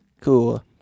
Cool